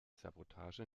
sabotage